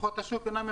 כוחות השוק.